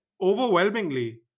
overwhelmingly